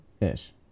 ish